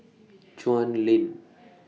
Chuan Lane